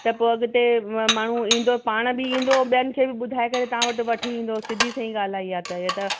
पोइ अॻिते माण्हू ईंदो पाण बि ईंदो ॿियनि खे बि ॿुधाए करे तव्हां वटि वठी ईंदो सिदीसईं ॻाल्हि आहे इहा त